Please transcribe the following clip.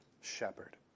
shepherd